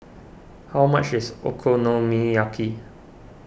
how much is Okonomiyaki